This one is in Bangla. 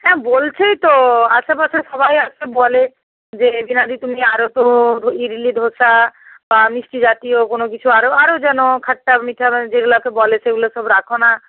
হ্যাঁ বলছেই তো আশেপাশে সবাই আসে বলে যে বীণাদি তুমি আরও তো ইডলি ধোসা বা মিষ্টি জাতীয় কোনো কিছু আরও আরও যেন খাট্টা মিঠা মানে যেগুলোকে বলে সেগুলো সব রাখো না